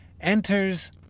enters